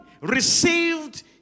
received